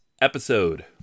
episode